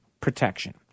protection